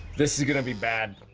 this is gonna be bad.